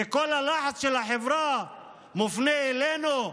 וכל הלחץ של החברה מופנה אלינו: